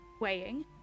weighing